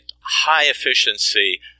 high-efficiency